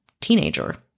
teenager